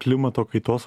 klimato kaitos